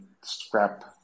scrap